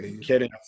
Kidding